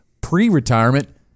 pre-retirement